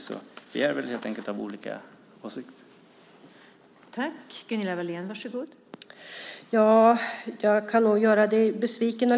Vi är helt enkelt av olika åsikt.